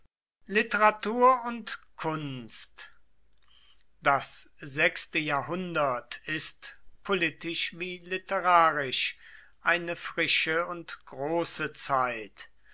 literatur und kunst das sechste jahrhundert ist politisch wie literarisch eine frische und große zeit